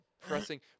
pressing